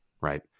right